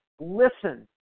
Listen